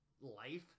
life